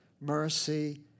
mercy